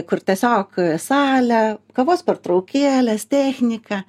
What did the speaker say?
kur tiesiog salė kavos pertraukėlės technika